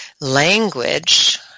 Language